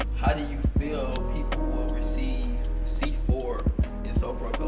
how do you feel people will receive c four in so